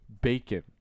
bacon